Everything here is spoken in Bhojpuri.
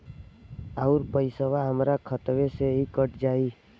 अउर पइसवा हमरा खतवे से ही कट जाई?